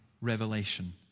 revelation